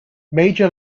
major